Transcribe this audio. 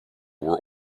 were